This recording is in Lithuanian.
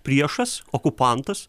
priešas okupantas